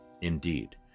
Indeed